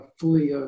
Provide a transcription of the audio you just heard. fully